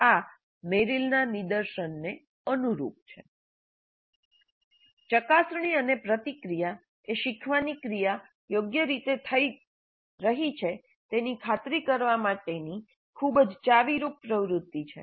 આ મેરિલના નિદર્શન ને અનુરૂપ છે ચકાસણી અને પ્રતિક્રિયા એ શીખવાની ક્રિયા યોગ્ય રીતે થઈ રહી છે તેની ખાતરી કરવા માટેની ખૂબ જ ચાવીરૂપ પ્રવૃત્તિ છે